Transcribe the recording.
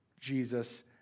Jesus